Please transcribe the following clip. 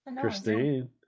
Christine